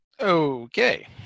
Okay